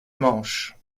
manche